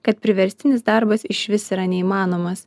kad priverstinis darbas išvis yra neįmanomas